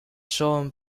shown